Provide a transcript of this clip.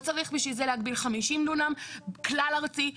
לא צריך בשביל זה להגביל 50 דונם כלל ארצי.